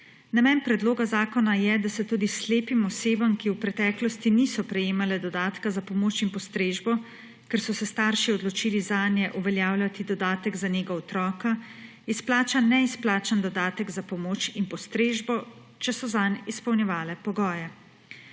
Namen predloga zakona je, da se tudi slepim osebam, ki v preteklosti niso prejemale dodatka za pomoč in postrežbo, ker so se starši odločili zanje uveljavljati dodatek za nego otroka, izplača neizplačan dodatek za pomoč in postrežbo, če so zanj izpolnjevale pogoje. Predlog